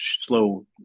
slow